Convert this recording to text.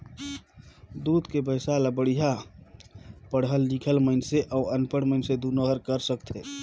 दूद के बेवसाय ल बड़िहा पड़हल लिखल मइनसे अउ अनपढ़ मइनसे दुनो हर कर सकथे